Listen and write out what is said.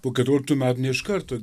po keturioliktų metų ne iš karto